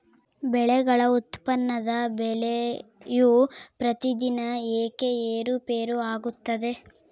ಬೆಳೆಗಳ ಉತ್ಪನ್ನದ ಬೆಲೆಯು ಪ್ರತಿದಿನ ಏಕೆ ಏರುಪೇರು ಆಗುತ್ತದೆ?